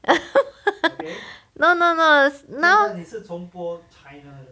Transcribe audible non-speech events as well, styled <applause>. <laughs> no no no now